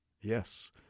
Yes